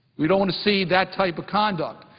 we don't want to see that type of conduct.